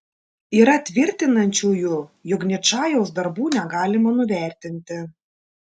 yra tvirtinančiųjų jog ničajaus darbų negalima nuvertinti